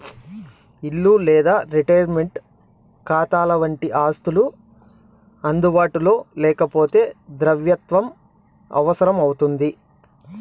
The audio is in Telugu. ఇల్లు లేదా రిటైర్మంటు కాతాలవంటి ఆస్తులు అందుబాటులో లేకపోతే ద్రవ్యత్వం అవసరం అవుతుంది